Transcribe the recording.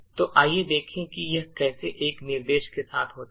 तो आइए देखें कि यह कैसे एक निर्देश के साथ होता है